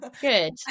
good